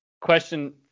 question